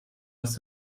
aus